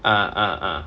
ah ah ah